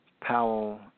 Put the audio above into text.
Powell